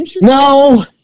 No